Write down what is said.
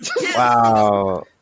wow